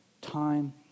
time